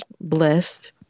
blessed